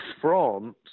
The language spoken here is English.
France